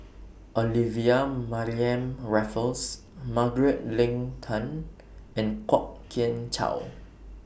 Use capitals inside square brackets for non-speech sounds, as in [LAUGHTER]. [NOISE] Olivia Mariamne Raffles Margaret Leng Tan and Kwok Kian Chow